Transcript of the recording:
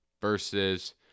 versus